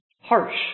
harsh